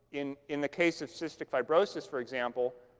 in in the case of cystic fibrosis, for example,